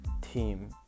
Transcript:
team